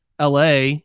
la